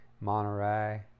Monterey